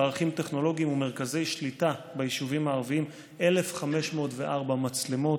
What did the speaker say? מערכים טכנולוגיים ומרכזי שליטה ביישובים הערביים: 1,504 מצלמות,